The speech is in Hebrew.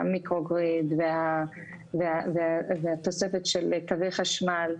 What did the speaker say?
המיקרוגריד והתוספת של קווי חשמל,